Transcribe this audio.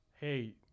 hey